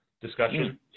discussion